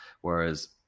Whereas